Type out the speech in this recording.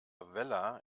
vella